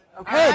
Okay